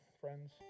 friends